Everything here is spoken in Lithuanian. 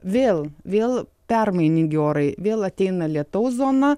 vėl vėl permainingi orai vėl ateina lietaus zona